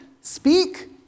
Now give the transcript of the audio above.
speak